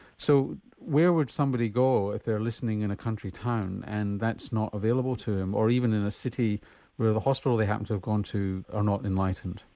so where would somebody go if they're listening in a country town and that's not available to them, or even in a city where the hospital they happen to have gone to are not enlightened.